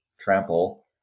trample